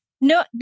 no